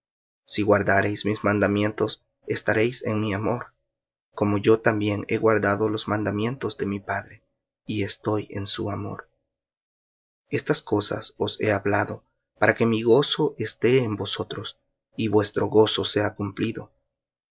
si guardareis mis mandamientos estaréis en mi amor como yo también he guardado los mandamientos de mi padre y estoy en su amor estas cosas os he hablado para que mi gozo esté en vosotros y vuestro gozo sea cumplido